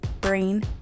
brain